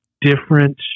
different